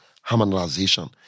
harmonization